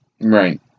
Right